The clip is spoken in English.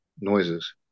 noises